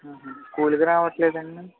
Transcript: ఆహ స్కూల్కి రావట్లేదండి